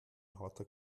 harter